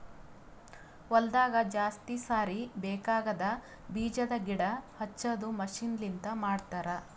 ಹೊಲದಾಗ ಜಾಸ್ತಿ ಸಾರಿ ಬೇಕಾಗದ್ ಬೀಜದ್ ಗಿಡ ಹಚ್ಚದು ಮಷೀನ್ ಲಿಂತ ಮಾಡತರ್